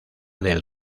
del